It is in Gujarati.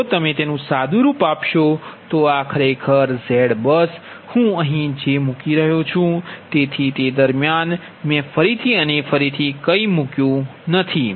જો તમે સાદુરૂપ આપશો તો આખરે Z બસ હું અહીં j મૂકી રહ્યો છું તેથી તે દરમ્યાન મેં ફરીથી અને ફરીથી મૂક્યું નહીં